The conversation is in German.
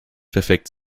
perfekt